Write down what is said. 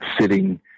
sitting